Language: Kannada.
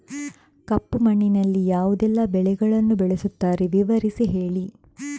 ಕಪ್ಪು ಮಣ್ಣಿನಲ್ಲಿ ಯಾವುದೆಲ್ಲ ಬೆಳೆಗಳನ್ನು ಬೆಳೆಸುತ್ತಾರೆ ವಿವರಿಸಿ ಹೇಳಿ